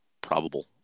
probable